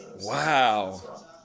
Wow